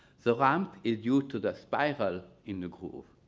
so ramp is due to the spiral in the groove.